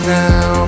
now